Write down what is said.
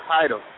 title